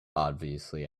obviously